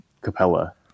Capella